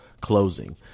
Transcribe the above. closing